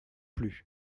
plus